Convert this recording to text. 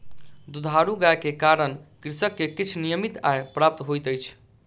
दुधारू गाय के कारण कृषक के किछ नियमित आय प्राप्त होइत अछि